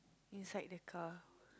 inside the car